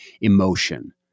emotion